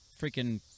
freaking